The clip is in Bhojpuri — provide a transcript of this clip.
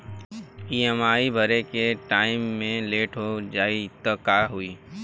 ई.एम.आई भरे के टाइम मे लेट हो जायी त का होई?